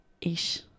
Ish